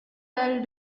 del